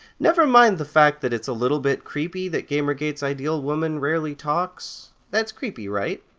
never mind the fact that it's a little bit creepy that gamergate's ideal woman rarely talks. that's creepy right?